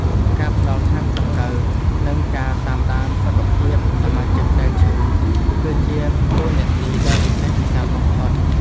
ការផ្តល់ថ្នាំសង្កូវ និងការតាមដានសុខភាពសមាជិកដែលឈឺ គឺជាតួនាទីដ៏វិសេសវិសាលបំផុត។